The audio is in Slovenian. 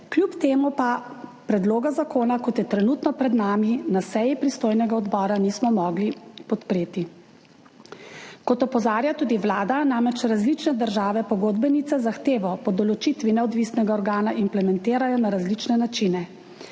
kljub temu pa predloga zakona, kot je trenutno pred nami, na seji pristojnega odbora nismo mogli podpreti. Kot opozarja tudi Vlada, namreč različne države pogodbenice zahtevo po določitvi neodvisnega organa implementirajo na različne načine.